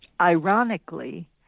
ironically